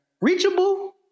reachable